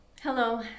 Hello